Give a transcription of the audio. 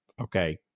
Okay